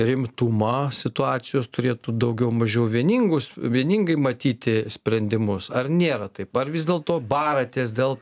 rimtumą situacijos turėtų daugiau mažiau vieningus vieningai matyti sprendimus ar nėra taip ar vis dėlto baratės dėl